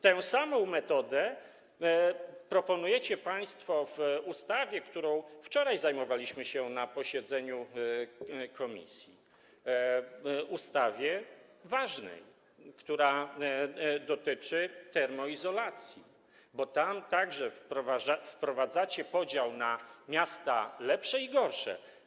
Tę samą metodę proponujecie państwo w ustawie, którą zajmowaliśmy się na wczorajszym posiedzeniu komisji, ustawie ważnej, która dotyczy termoizolacji, bo tam także wprowadzacie podział na miasta lepsze i gorsze.